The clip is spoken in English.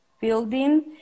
building